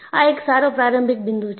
આ એક સારો પ્રારંભિક બિંદુ છે